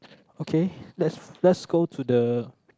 okay let's let's go to the